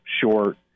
short